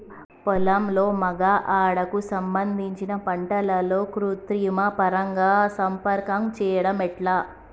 పొలంలో మగ ఆడ కు సంబంధించిన పంటలలో కృత్రిమ పరంగా సంపర్కం చెయ్యడం ఎట్ల?